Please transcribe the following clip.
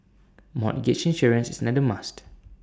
mortgage insurance is another must